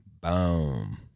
Boom